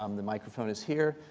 um the microphone is here.